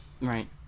right